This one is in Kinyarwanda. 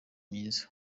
myiza